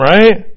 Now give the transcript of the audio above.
Right